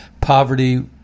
poverty